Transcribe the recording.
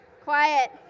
Quiet